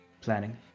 planning